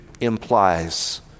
implies